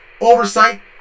oversight